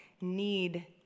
need